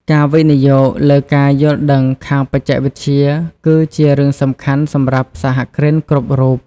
ការវិនិយោគលើការយល់ដឹងខាងបច្ចេកវិទ្យាគឺជារឿងសំខាន់សម្រាប់សហគ្រិនគ្រប់រូប។